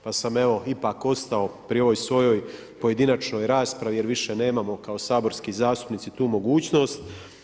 Pa sam ipak ostao pri ovoj svojoj pojedinačnoj raspravi jer više nemamo kao saborski zastupnici tu mogućnost.